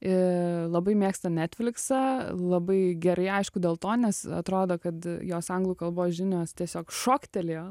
ir labai mėgsta netfliksą labai gerai aišku dėl to nes atrodo kad jos anglų kalbos žinios tiesiog šoktelėjo